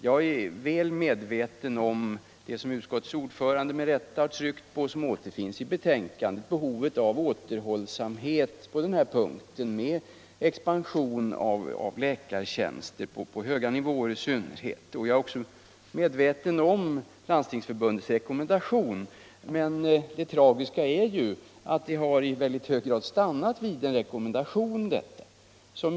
Jag är väl medveten om det som utskottets ordförande med rätta har tryckt på och som återfinns i betänkandet, nämligen behovet av återhållsamhet när det gäller expansionen av läkartjänster, i synnerhet sådana på högre nivå. Jag är också medveten om Landstingsförbundets rekommendation i detta sammanhang. Men det tragiska är ju att detta i hög grad har stannat vid en rekommendation.